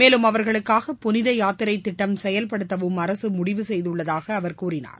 மேலும் அவர்களுக்காக புனித யாத்திரை திட்டம் செயல்படுத்தவும் அரசு முடிவு செய்துள்ளதாக அவர் கூறினார்